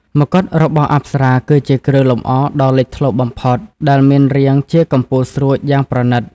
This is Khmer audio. មកុដរបស់អប្សរាគឺជាគ្រឿងលម្អដ៏លេចធ្លោបំផុត ដែលមានរាងជាកំពូលស្រួចយ៉ាងប្រណីត។